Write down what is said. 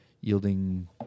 yielding